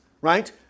right